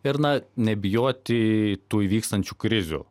ir na nebijoti tų įvykstančių krizių